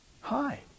hi